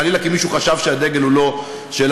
אם חלילה מישהו חשב שהדגל לא שלנו,